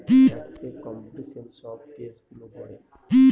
ট্যাক্সে কম্পিটিশন সব দেশগুলো করে